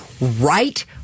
right